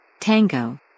Tango